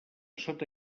sota